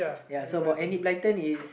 ya so about Enid-Blyton is